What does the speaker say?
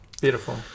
Beautiful